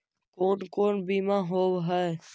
कोन कोन बिमा होवय है?